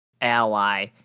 ally